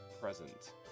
Present